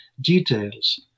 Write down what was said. details